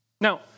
Now